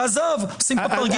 אני פוחד